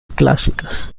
clásicas